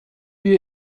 wir